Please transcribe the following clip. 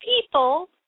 people